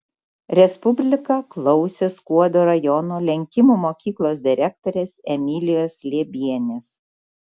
respublika klausė skuodo rajono lenkimų mokyklos direktorės emilijos liebienės